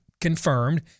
confirmed